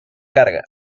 carga